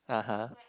(uh huh)